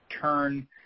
turn